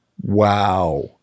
wow